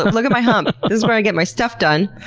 look at my hump. this is where i get my stuff done.